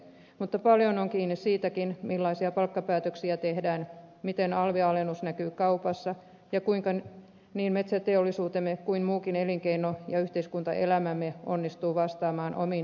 mutta paljon on kiinni siitäkin millaisia palkkapäätöksiä tehdään miten alvialennus näkyy kaupassa ja kuinka niin metsäteollisuutemme kuin muukin elinkeino ja yhteiskuntaelämämme onnistuu vastaamaan omiin erityishaasteisiinsa